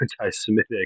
anti-Semitic